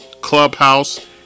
Clubhouse